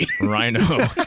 Rhino